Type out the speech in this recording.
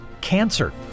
cancer